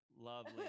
lovely